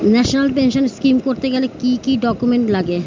National pension scheme করতে গেলে কি কি ডকুমেন্ট লাগে?